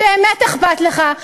אם באמת אכפת לך,